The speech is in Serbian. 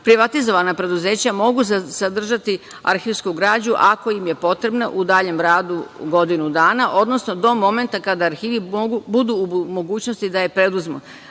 privatizovana preduzeća mogu sadržati arhivsku građu ako im je potrebna u daljem radu godinu dana, odnosno do momenta kada arhivi budu u mogućnosti da je preduzmu?